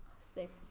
Six